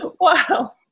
Wow